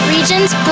Region's